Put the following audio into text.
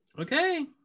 Okay